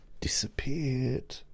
disappeared